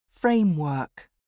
Framework